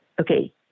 Okay